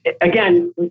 again